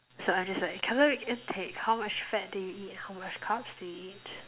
so I'm just like calorie intake how much fat do you eat how much carbs do you eat